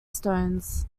stones